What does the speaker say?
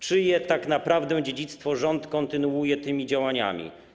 Czyje tak naprawdę dziedzictwo rząd kontynuuje tymi działaniami?